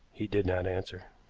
he did not answer.